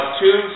two